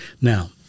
Now